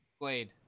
Blade